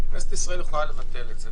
כנסת ישראל יכולה לבטל את זה.